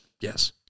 Yes